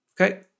Okay